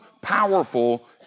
powerful